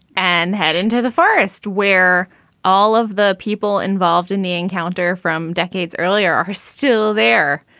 and head into the forest where all of the people involved in the encounter from decades earlier are still there.